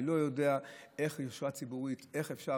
אני לא יודע איזו יושרה ציבורית, איך אפשר.